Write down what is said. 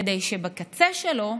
כדי שבקצה שלו,